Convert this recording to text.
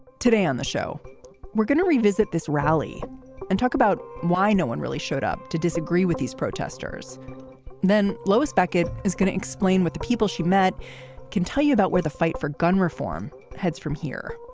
today on the show we're gonna revisit this rally and talk about why no one really showed up to disagree with these protesters then. lois beckett is going to explain what the people she met can tell you about where the fight for gun reform heads from here.